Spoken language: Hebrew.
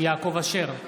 יעקב אשר,